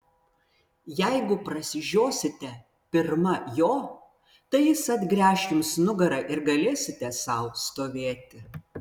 jeigu prasižiosite pirma jo tai jis atgręš jums nugarą ir galėsite sau stovėti